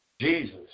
Jesus